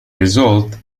result